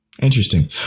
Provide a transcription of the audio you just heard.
Interesting